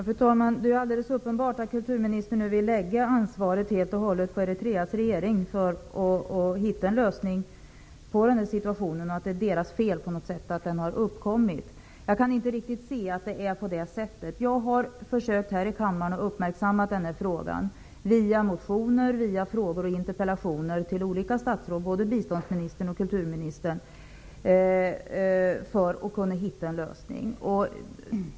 Fru talman! Det är helt uppenbart att kulturministern nu vill lägga ansvaret för denna situation helt och hållet på Eritreas regering. Jag kan inte se att det är på det sättet. Jag har här i kammaren försökt uppmärksamma frågan via motioner samt frågor och interpellationer till olika statsråd, både biståndsministern och kulturministern, för att hitta en lösning.